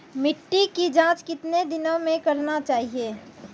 मिट्टी की जाँच कितने दिनों मे करना चाहिए?